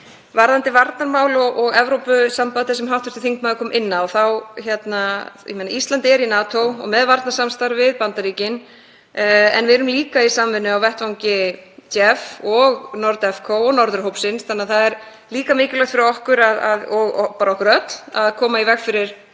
Varðandi varnarmál og Evrópusambandið sem hv. þingmaður kom inn á þá er Ísland í NATO og með varnarsamstarf við Bandaríkin en við erum líka í samvinnu á vettvangi JEF og NORDEFCO og Norðurhópsins, þannig að það er líka mikilvægt fyrir okkur öll að koma í veg fyrir